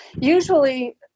Usually